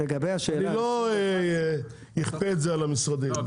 אני לא אכפה את זה על המשרדים.